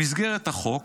במסגרת החוק